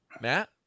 matt